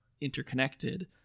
interconnected